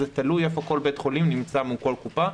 זה תלוי איפה כל בית-חולים נמצא מול כל קופה.